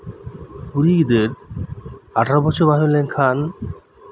ᱠᱩᱲᱤ ᱜᱤᱫᱟᱹᱨ ᱟᱴᱷᱨᱚ ᱵᱚᱪᱷᱚᱨ ᱵᱟᱭ ᱦᱩᱭ ᱞᱮᱱᱠᱷᱟᱱ